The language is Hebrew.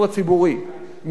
משבר הדיור הציבורי,